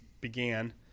began